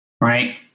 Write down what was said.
Right